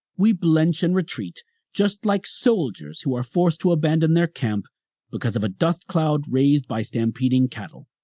we blench and retreat just like soldiers who are forced to abandon their camp because of a dust cloud raised by stampeding cattle,